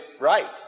right